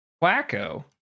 Quacko